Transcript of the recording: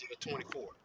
24